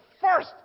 first